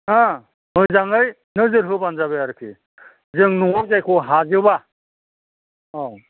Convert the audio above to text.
हो मोजांयै नोजोर होबानो जाबाय आरोखि जों न'आव जायखौ हाजोबा अ